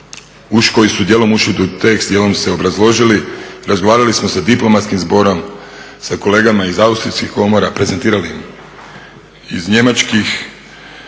koji su dijelom ušli u tekst, dijelom se obrazložili, razgovarali smo sa diplomatskim zborom, sa kolegama iz austrijskih komora, prezentirali iz njemačkih.